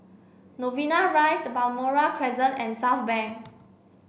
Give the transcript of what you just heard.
Novena Rise Balmoral Crescent and Southbank